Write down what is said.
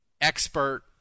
expert